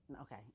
Okay